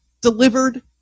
delivered